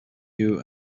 you